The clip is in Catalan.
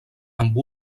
amb